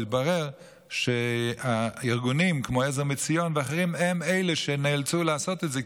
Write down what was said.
התברר שהארגונים כמו עזר מציון ואחרים הם אלה שנאלצו לעשות את זה,